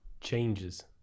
Changes